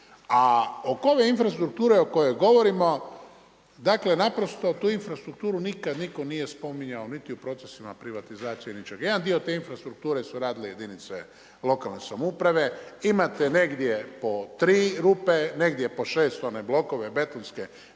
ove infrastrukture o kojoj govorimo, dakle naprosto tu infrastrukturu nikad nitko nije spominjao niti u procesima privatizacije, ničega. Jedan dio te infrastrukture su radile jedinice lokalne samouprave. Imate negdje po tri rupe, negdje po šest one blokove betonske